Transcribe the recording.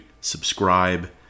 Subscribe